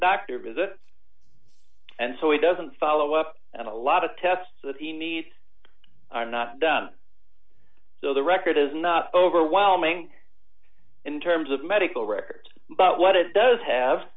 doctor visit and so he doesn't follow up and a lot of tests that he needs are not done so the record is not overwhelming in terms of medical records but what it does have